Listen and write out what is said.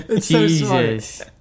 Jesus